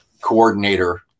coordinator